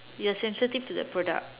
you're sensitive to that product